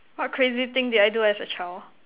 what crazy thing did I do as a child